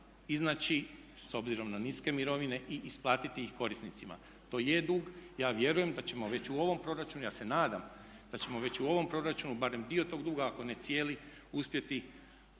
iznaći s obzirom na niske mirovine i isplatiti ih korisnicima. To je dug, ja vjerujem da ćemo već u ovom proračunu, ja se nadam, da ćemo već u ovom proračunu barem dio tog duga ako ne cijeli uspjeti